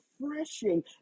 refreshing